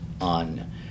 on